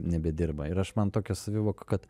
nebedirba ir aš man tokia savivoka kad